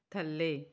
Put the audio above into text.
ਥੱਲੇ